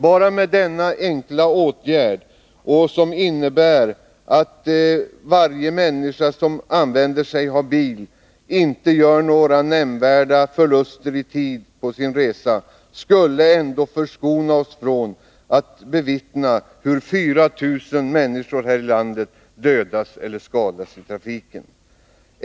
Enbart denna enkla åtgärd, som för människor som använder sig av bil inte innebär att de gör några nämnvärda förluster av tid på sin resa, skulle förskona oss från att bevittna hur 4 000 människor här i landet dödas eller skadas i trafiken.